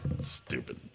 Stupid